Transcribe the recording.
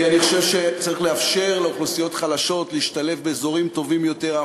אני חושב שצריך לאפשר לאוכלוסיות חלשות להשתלב באזורים טובים יותר.